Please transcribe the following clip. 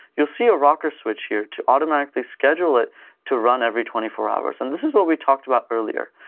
you'll see a rocker switch here to automatically schedule it to run every twenty four hours. and this is what we talked about earlier.